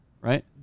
right